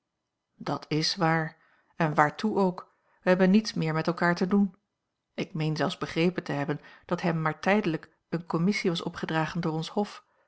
dat is waar en waartoe ook wij hebben niets meer met elkaar te doen ik meen zelfs begrepen te hebben dat hem maar tijdelijk eene commissie was opgedragen door ons hof